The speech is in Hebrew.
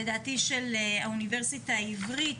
אני לא מדברת